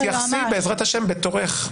תתייחסי בעזרת השם בתורך.